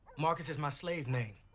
marcus is my slave name.